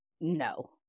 no